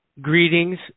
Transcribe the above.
Greetings